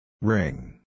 Ring